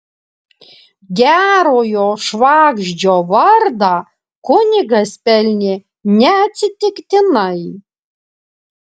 gerojo švagždžio vardą kunigas pelnė neatsitiktinai